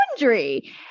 laundry